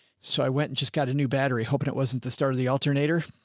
so i went and just got a new battery, hoping it wasn't the start of the alternator.